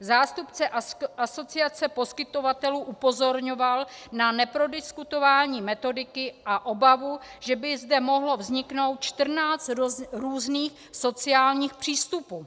Zástupce asociace poskytovatelů upozorňoval na neprodiskutování metodiky a obavu, že by zde mohlo vzniknout 14 různých sociálních přístupů.